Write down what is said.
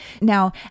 Now